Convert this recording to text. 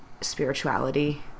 spirituality